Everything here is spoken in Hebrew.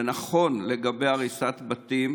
זה נכון לגבי הריסת בתים